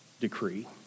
decree